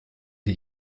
die